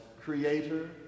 creator